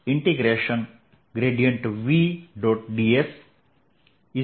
dSV E